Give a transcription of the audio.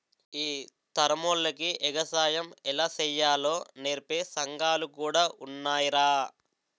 ఈ తరమోల్లకి ఎగసాయం ఎలా సెయ్యాలో నేర్పే సంగాలు కూడా ఉన్నాయ్రా